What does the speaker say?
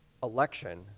Election